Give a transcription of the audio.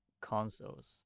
consoles